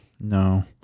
No